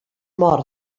mor